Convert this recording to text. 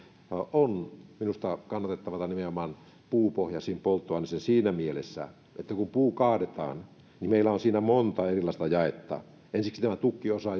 on minusta kannatettavaa nimenomaan puupohjaisiin polttoaineisiin siinä mielessä että kun puu kaadetaan niin meillä on siinä monta erilaista jaetta ensiksikin on tämä tukkiosa